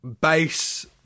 base